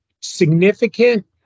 significant